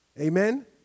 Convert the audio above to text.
Amen